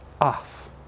off